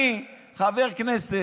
אני, חבר כנסת